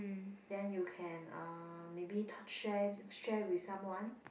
then you can uh maybe share share with someone